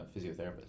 physiotherapist